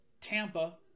Tampa